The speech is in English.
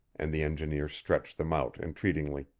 and the engineer stretched them out entreatingly.